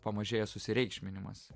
pamažėja susireikšminimas